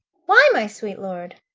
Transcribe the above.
why, my sweet lord?